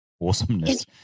awesomeness